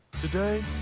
Today